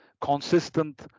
consistent